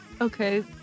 Okay